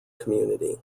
community